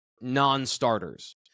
non-starters